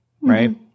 right